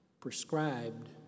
prescribed